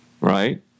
right